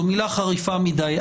זאת מילה חריפה מדיי,